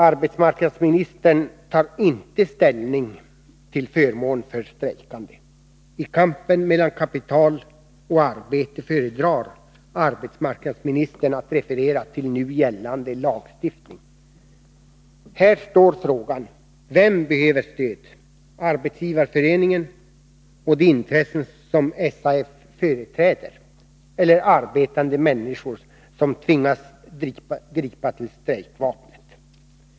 Arbetsmarknadsministern tar inte ställning till förmån för strejkande. I kampen mellan kapital och arbete föredrar arbetsmarknadsministern att referera till nu gällande lagstiftning. Här står frågan: Vem behöver stöd — Arbetsgivareföreningen och de intressen SAF företräder, eller arbetande människor som tvingas gripa till strejkvapnet?